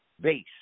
base